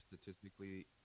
statistically